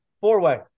Four-way